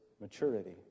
maturity